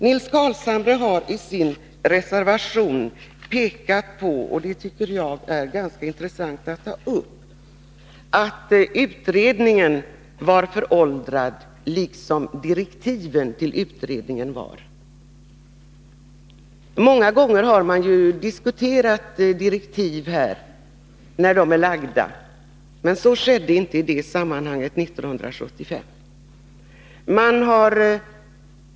Nils Carlshamre m.fl. pekar i sin reservation på — det är ganska intressant att notera — att utredningen och direktiven till denna var föråldrade. Många gånger har olika direktiv diskuterats här, men så skedde inte 1975.